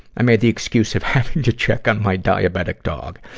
i made the excuse of having to check on my diabetic dog.